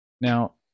Now